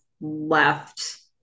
left